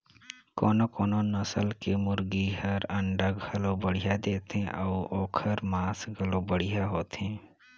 कोनो कोनो नसल के मुरगी हर अंडा घलो बड़िहा देथे अउ ओखर मांस घलो बढ़िया होथे